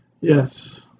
Yes